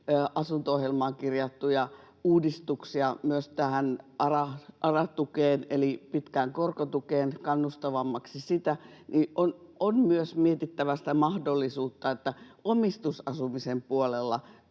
asunto-ohjelmaan kirjattuja uudistuksia — myös ARA-tukea eli pitkää korkotukea kannustavammaksi — niin on myös mietittävä sitä mahdollisuutta, että omistusasumisen puolella